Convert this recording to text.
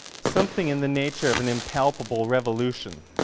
something in the nature of an impalpable revolution,